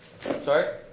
Sorry